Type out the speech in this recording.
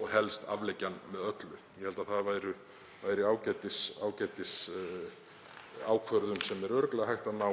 og helst afleggja með öllu. Ég held að það væri ágætisákvörðun sem er örugglega hægt að ná